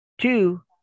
Two